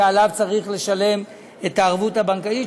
שעליו צריך לשלם את הערבות הבנקאית,